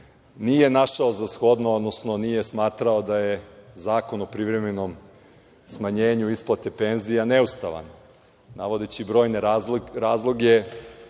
nije našao za shodno, odnosno nije smatrao da je Zakon o privremenom smanjenju isplate penzije neustavan, navodeći brojne razloge,